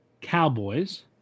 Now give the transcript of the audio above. Cowboys